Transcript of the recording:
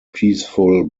peaceful